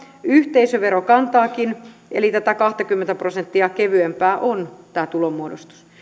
yhteisöverokantaakin eli tätä kahtakymmentä prosenttia kevyempää on tämä tulonmuodostus